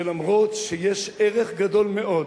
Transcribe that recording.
שלמרות שיש ערך גדול מאוד